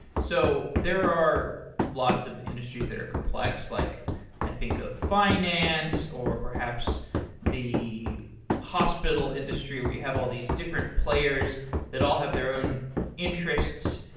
so there are lots of industries that are complex. like i think of finance, or perhaps the hospital industry where you have all these different players that all have their own interests.